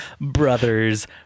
brother's